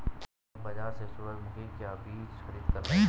महक बाजार से सूरजमुखी का बीज खरीद कर लाई